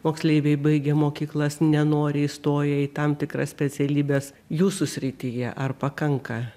moksleiviai baigę mokyklas nenoriai stoja į tam tikras specialybes jūsų srityje ar pakanka